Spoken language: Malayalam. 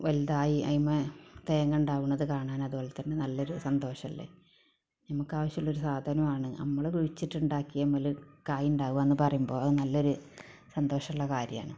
വലുതായി അതിന്മേൽ തേങ്ങ ഉണ്ടാവുന്നത് കാണാൻ അതുപോലെ തന്നെ നല്ലൊരു സന്തോഷമല്ലേ നമുക്കാവശ്യമുള്ള ഒരു സാധനം ആണ് നമ്മള് കുഴിച്ചിട്ട് ഉണ്ടാകിയതിന് മേല് കായ് ഉണ്ടാവുക എന്ന് പറയുമ്പോൾ അത് നല്ലൊരു സന്തോഷമുള്ള കാര്യമാണ്